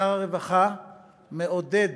שר הרווחה מעודד